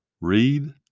Read